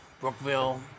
Brookville